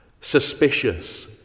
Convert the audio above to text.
Suspicious